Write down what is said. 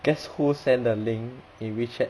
guess who send the link in wechat